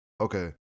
okay